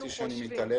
לא אמרתי שאני מתעלם.